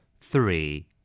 Three